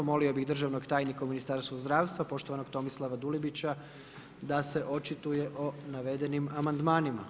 Molio bih državnog tajnika u Ministarstvu zdravstva poštovanog Tomislava Dulibića da se očituje o navedenim amandmanima.